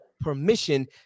permission